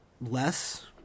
less